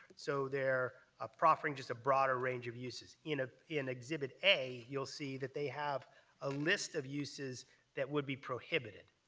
so they're ah proffering just a broader range of uses. in ah in exhibit a, you'll see that they have a list of uses that would be prohibited,